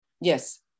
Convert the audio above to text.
Yes